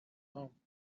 هام